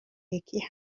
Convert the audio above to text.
یکی